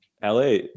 LA